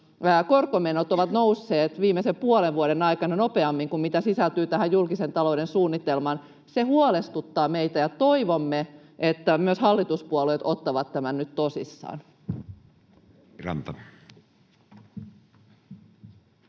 korkomenot ovat nousseet viimeisen puolen vuoden aikana nopeammin kuin mitä sisältyy tähän julkisen talouden suunnitelmaan. Se huolestuttaa meitä, ja toivomme, että myös hallituspuolueet ottavat tämän nyt tosissaan.